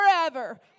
forever